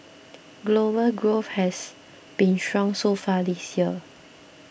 global growth has been strong so far this year